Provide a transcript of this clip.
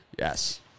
Yes